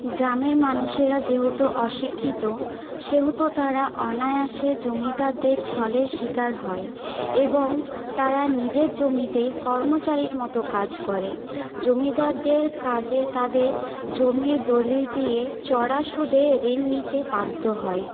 গ্রামের মানুষেরা যেহেতু অশিক্ষিত সেহেতু তারা অনায়াসে জমিদারদের ছলের শিকার হয় এবং তারা নিজের জমিতে কর্মচারীর মতো কাজ করে জমিদারদের কাছে তাদের জমির দলিল দিয়ে চড়া সুদে ঋণ নিতে বাধ্য হয়